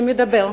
שמדבר,